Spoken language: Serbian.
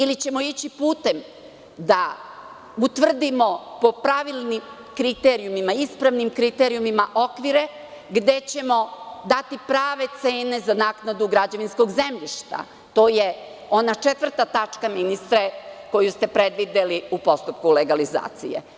Ili ćemo ići putem da utvrdimo po pravilnim kriterijuma, ispravnim kriterijuma okvire, gde ćemo dati prave cene za naknadu građevinskog zemljišta?“ To je ona četvrta tačka, ministre, koju ste predvideli u postupku legalizacije.